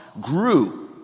grew